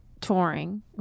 touring